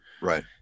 Right